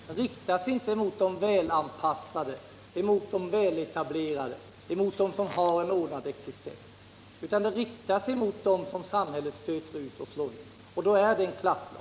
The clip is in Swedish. Den riktar sig inte mot de välanpassade, mot de väletablerade, mot dem som har en ordnad existens, utan den riktar sig mot dem som samhället stöter ut och slår ut — och då är det en klasslag.